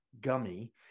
gummy